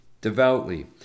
devoutly